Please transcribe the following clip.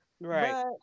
Right